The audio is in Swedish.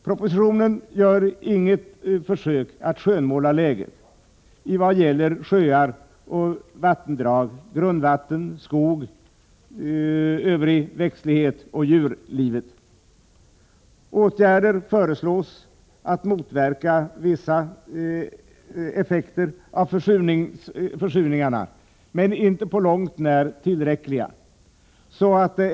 Propositionen gör inget försök att skönmåla läget i vad gäller sjöar och vattendrag, grundvatten, skog och övrig växtlighet samt djurlivet. Åtgärder föreslås för att motverka vissa effekter av försurningarna, men inte på långt när tillräckliga.